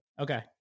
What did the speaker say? Okay